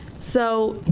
so